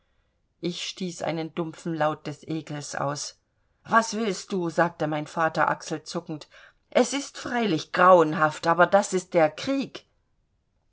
ich stieß einen dumpfen laut des ekels aus was willst du sagte mein vater achselzuckend es ist freilich grauenhaft aber das ist der krieg